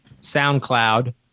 SoundCloud